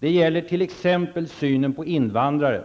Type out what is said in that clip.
Det gäller t.ex. synen på invandrare.